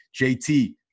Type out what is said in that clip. JT